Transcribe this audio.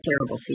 terrible